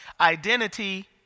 identity